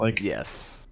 Yes